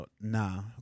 Nah